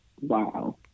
Wow